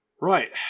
right